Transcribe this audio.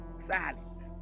silence